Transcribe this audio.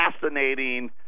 fascinating